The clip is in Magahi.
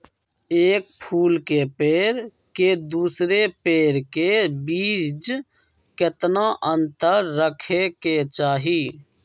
एक फुल के पेड़ के दूसरे पेड़ के बीज केतना अंतर रखके चाहि?